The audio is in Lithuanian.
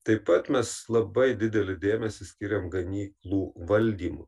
taip pat mes labai didelį dėmesį skiriam ganyklų valdymu